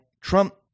Trump